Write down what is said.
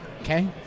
Okay